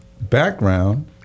background